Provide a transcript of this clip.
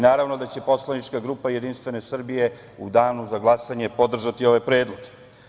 Naravno da će poslanička grupa Jedinstvene Srbije u danu za glasanje podržati ove predloge.